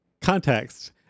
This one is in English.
Context